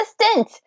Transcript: assistant